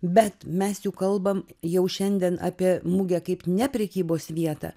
bet mes juk kalbam jau šiandien apie mugę kaip ne prekybos vietą